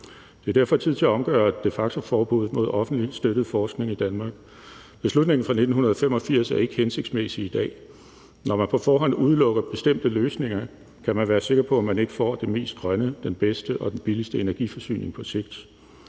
Det er derfor tid til at omgøre de facto-forbuddet mod offentligt støttet forskning i det i Danmark. Beslutningen fra 1985 er ikke hensigtsmæssig i dag. Når man på forhånd udelukker bestemte løsninger, kan man være sikker på, at man ikke får det mest grønne, den bedste og den billigste energiforsyning på sigt.